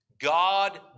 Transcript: god